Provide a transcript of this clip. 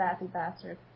bastard